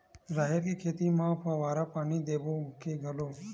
राहेर के खेती म फवारा पानी देबो के घोला?